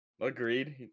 Agreed